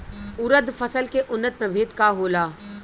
उरद फसल के उन्नत प्रभेद का होला?